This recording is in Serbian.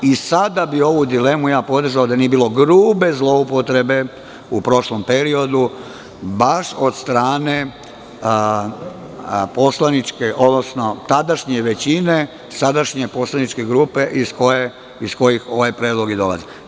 I sada bih ovu dilemu ja podržao da nije bilo grube zloupotrebe u prošlom periodu, baš od strane poslaničke, odnosno tadašnje većine, sadašnje poslaničke grupe iz koje ovaj predlog dolazi.